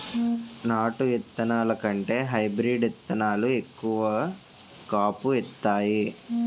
నాటు ఇత్తనాల కంటే హైబ్రీడ్ ఇత్తనాలు ఎక్కువ కాపు ఇత్తాయి